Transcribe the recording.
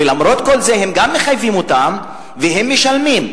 ולמרות זה הם גם מחייבים אותם והם משלמים.